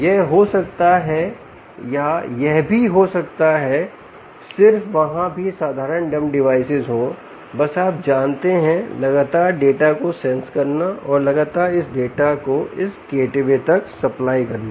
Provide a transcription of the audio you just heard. यह हो सकता है या यह भी हो सकता है सिर्फ वहाँ भी साधारण डंब डिवाइसेज हो बस आप जानते हैं लगातार डाटा को सेंस करना और लगातार इस डाटा को इस गेटवे तक सप्लाई करना